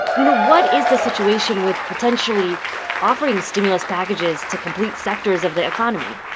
you know, what is the situation with potentially offering stimulus packages to complete sectors of the economy?